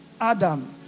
Adam